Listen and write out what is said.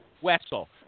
Wessel